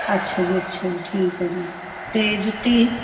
ਅੱਛਾ ਜੀ ਅੱਛਾ ਜੀ ਠੀਕ ਹੈ ਜੀ ਅਤੇ ਜੁੱਤੀ